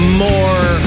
more